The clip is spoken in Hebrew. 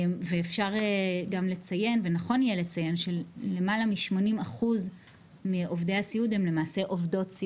אפשר ונכון יהיה לציין שלמעלה מ-80% מעובדי הסיעוד הן למעשה עובדות,